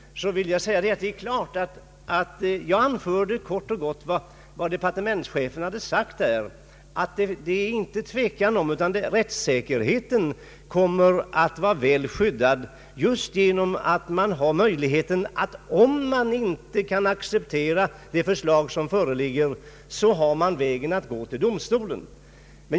Jag anförde kort och gott vad departementschefen sagt att det inte råder någon tvekan om att rättssäkerheten kommer att vara väl skyddad. Om vederbörande inte kan acceptera det förslag som föreligger i ett sådant här ärende så har man ju möjligheten att gå till domstol.